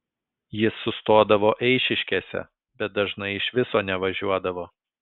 jis sustodavo eišiškėse bet dažnai iš viso nevažiuodavo